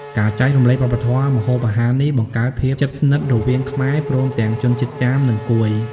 ការចែករំលែកវប្បធម៌ម្ហូបអាហារនេះបង្កើតភាពជិតស្និទរវាងខ្មែរ ព្រមទាំងជនជាតិចាម និងកួយ។